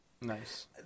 Nice